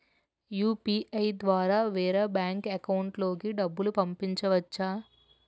UPI ద్వారా వేరే bank account లోకి డబ్బులు పంపించవచ్చా?